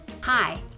Hi